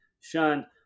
shunned